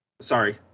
sorry